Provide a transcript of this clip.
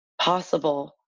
possible